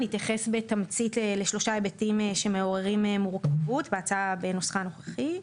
נתייחס בתמצית לשלושה היבטים שמעוררים מורכבות בהצעה בנוסחה הנוכחי,